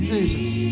Jesus